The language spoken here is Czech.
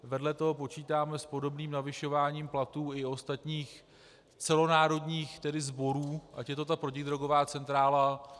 Vedle toho počítáme s podobným navyšování platů i u ostatních celonárodních sborů, ať je to ta protidrogová centrála.